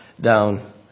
down